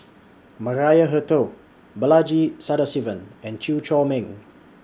Maria Hertogh Balaji Sadasivan and Chew Chor Meng